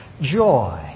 joy